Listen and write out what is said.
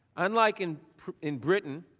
unlike in in britain,